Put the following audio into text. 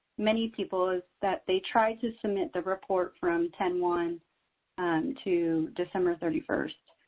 many people is that they try to submit the report from ten one to december thirty first,